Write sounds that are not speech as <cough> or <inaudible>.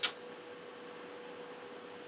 <noise>